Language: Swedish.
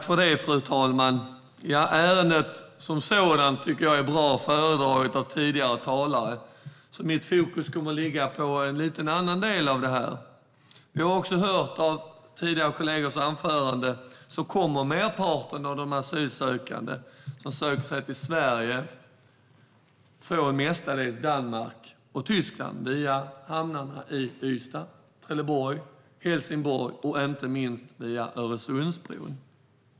Fru talman! Ärendet som sådant är bra föredraget av tidigare talare. Mitt fokus kommer att ligga på en annan del. Vi har också hört av tidigare kollegors anföranden att merparten av de asylsökande som söker sig till Sverige kommer från Danmark och Tyskland via hamnarna i Ystad, Trelleborg, Helsingborg och inte minst via Öresundsbron.